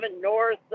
north